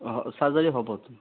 অঁ চাৰ্জাৰী হ'বটো